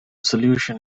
solution